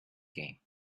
game